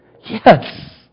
Yes